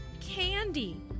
candy